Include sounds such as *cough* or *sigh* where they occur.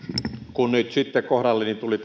kun nyt sitten kohdalleni tuli *unintelligible*